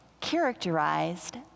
characterized